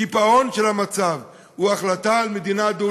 קיפאון של המצב הוא החלטה על מדינה דו-לאומית.